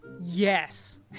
Yes